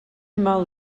mal